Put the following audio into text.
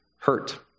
hurt